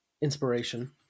inspiration